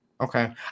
Okay